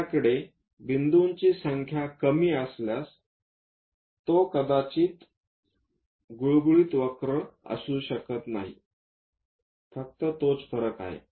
आपल्याकडे बिंदूची संख्या कमी असल्यास ती कदाचित गुळगुळीत वक्र असू शकत नाही फक्त तोच फरक आहे